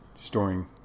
storing